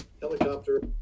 Helicopter